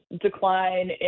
decline